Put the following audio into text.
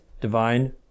divine